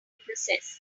process